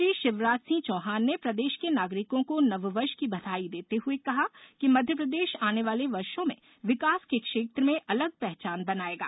मुख्यमंत्री शिवराज सिंह चौहान ने प्रदेश के नागरिकों को नववर्ष की बधाई देते हुए कहा कि मध्यप्रदेश आने वाले वर्षो में विकास के क्षेत्र में अलग पहचान बनाएगा